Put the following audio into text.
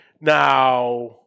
Now